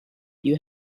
you